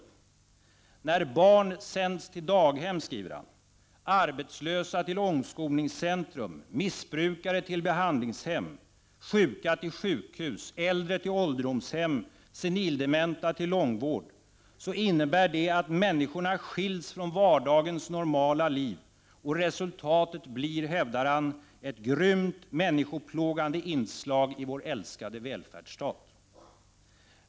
Han skriver: När ”barn sänds till daghem, arbetslösa till omskolningscentrum, missbrukare till behandlingshem, sjuka till sjukhus, äldre till ålderdomshem, senildementa till långvård” innebär det att människorna skiljs från vardagens normala liv, och resultatet blir, hävdar han, ”ett grymt, människoplågande inslag i vår älskade välfärdsstat”.